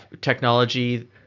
technology